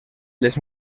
les